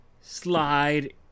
slide